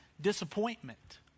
disappointment